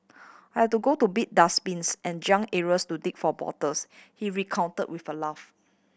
I had to go to big dustbins and junk areas to dig for bottles he recounted with a laugh